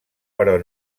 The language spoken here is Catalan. però